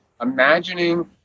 imagining